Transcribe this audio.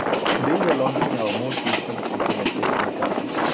today, we are launching our most recent implementation guide,